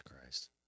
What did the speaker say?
Christ